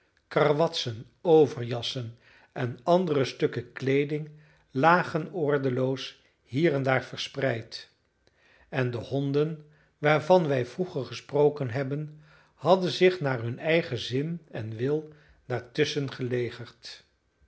karwatsen overjassen en andere stukken kleeding lagen ordeloos hier en daar verspreid en de honden waarvan wij vroeger gesproken hebben hadden zich naar hun eigen zin en wil daartusschen gelegerd